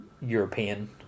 european